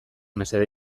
mesede